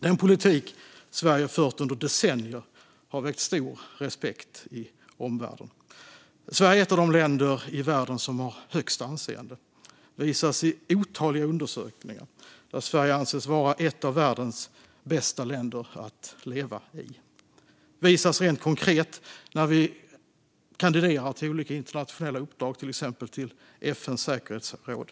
Den politik som Sverige fört under decennier har väckt stor respekt i omvärlden. Sverige är ett av de länder i världen som har högst anseende. Det visas i otaliga undersökningar, där Sverige anses vara ett av världens bästa länder att leva i. Det visas rent konkret när vi kandiderar till olika internationella uppdrag, till exempel till FN:s säkerhetsråd.